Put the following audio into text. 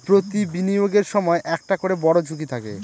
প্রতি বিনিয়োগের সময় একটা করে বড়ো ঝুঁকি থাকে